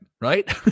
right